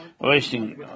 wasting